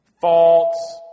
False